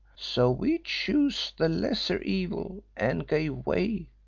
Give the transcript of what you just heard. so we chose the lesser evil and gave way,